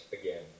again